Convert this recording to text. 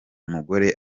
umugore